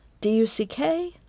D-U-C-K